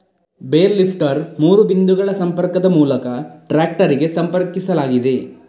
bale lifter ಮೂರು ಬಿಂದುಗಳ ಸಂಪರ್ಕದ ಮೂಲಕ ಟ್ರಾಕ್ಟರಿಗೆ ಸಂಪರ್ಕಿಸಲಾಗಿದೆ